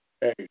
hey